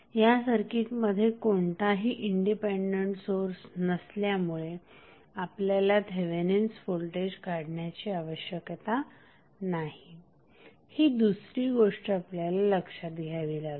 ह्या सर्किटमध्ये कोणताही इंडिपेंडेंट सोर्स नसल्यामुळे आपल्याला थेवेनिन्स व्होल्टेज काढण्याची आवश्यकता नाही ही दुसरी गोष्ट आपल्याला लक्ष्यात घ्यावी लागेल